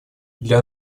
для